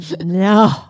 No